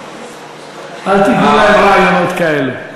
אל תיתני להם רעיונות כאלה.